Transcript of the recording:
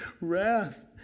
wrath